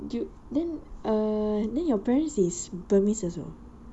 do you then err then your parents is burmese also